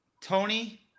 Tony